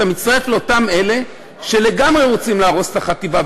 אתה מצטרף לאותם אלה שלגמרי רוצים להרוס את החטיבה,